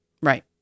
Right